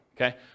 okay